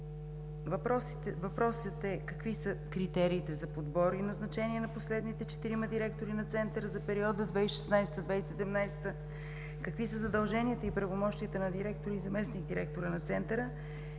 Въпросът е: какви са критериите за подбор и назначение на последните четирима директори на Центъра за периода 2016 – 2017 г.? Какви са задълженията на директора и заместник-директора на Центъра